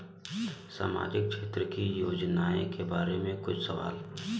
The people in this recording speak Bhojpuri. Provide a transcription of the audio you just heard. सामाजिक क्षेत्र की योजनाए के बारे में पूछ सवाल?